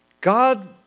God